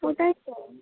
ওটাই তো